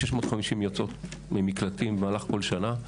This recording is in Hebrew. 650 יוצאות למקלטים במהלך כל שנה,